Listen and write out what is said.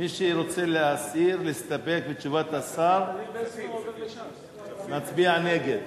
מי שרוצה להסיר, להסתפק בתשובת השר, מצביע נגד.